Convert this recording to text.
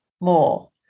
more